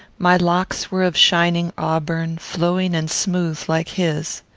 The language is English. my locks were of shining auburn, flowing and smooth like his.